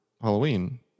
Halloween